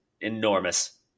enormous